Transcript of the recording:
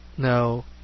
No